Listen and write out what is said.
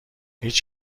هیچ